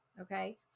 Okay